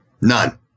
None